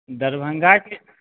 दरभंगाके